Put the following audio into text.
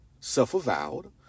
self-avowed